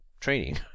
training